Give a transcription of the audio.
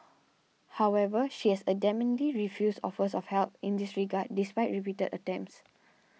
however she has adamantly refused offers of help in this regard despite repeated attempts